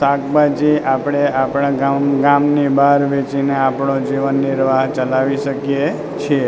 શાકભાજી આપણે આપણા ગામ ગામની બહાર વેચીને આપણો જીવનનિર્વાહ ચલાવી શકીએ છે